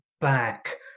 back